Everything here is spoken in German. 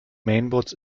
mainboards